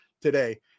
today